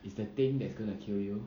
it's the thing that's gonna kill you